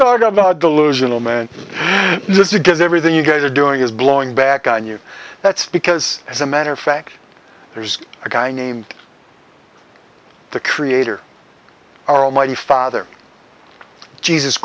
thought about delusional man this because everything you guys are doing is blowing back on you that's because as a matter of fact there's a guy named the creator our almighty father jesus